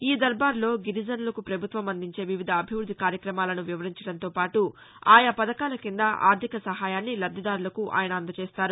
ఈ దర్బార్లో గిరిజనులకు పభుత్వం అందించే వివిధ అభివృద్ది కార్యక్రమాలను వివరించడంతో పాటు ఆయా పథకాల కింద ఆర్దిక సహాయాన్ని లబ్దిదారులకు ఆయన అందజేస్తారు